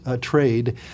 trade